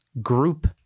group